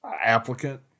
applicant